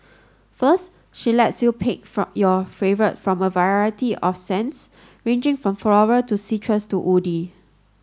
first she lets you pick for your favourite from a variety of scents ranging from floral to citrus to woody